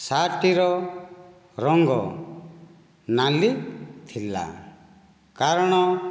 shirt ଟିର ରଙ୍ଗ ନାଲି ଥିଲା କାରଣ